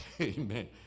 Amen